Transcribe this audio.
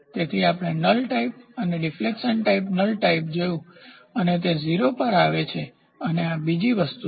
તેથી આપણે null type અને ડિફ્લેક્શન ટાઇપ નલ ટાઇપ જોયું તે તેને 0 પર લાવે છે અને આ બીજી વસ્તુ છે